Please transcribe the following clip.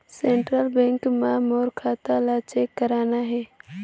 Central bank मां मोर खाता ला चेक करना हे?